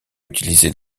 utilisé